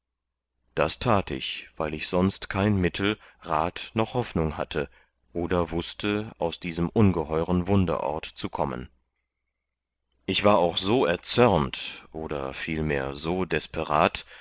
das tät ich weil ich sonst kein mittel rat noch hoffnung hatte oder wußte aus diesem ungeheuren wunderort zu kommen ich war auch so erzörnt oder vielmehr so desperat